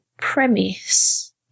premise